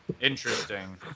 Interesting